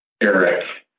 Eric